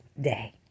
day